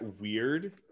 weird